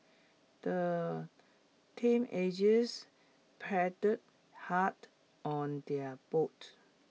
the teenagers paddled hard on their boat